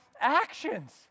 actions